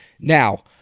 Now